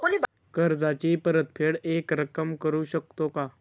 कर्जाची परतफेड एकरकमी करू शकतो का?